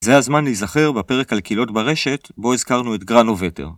זה הזמן להיזכר בפרק על קהילות ברשת, בו הזכרנו את גרנובטר.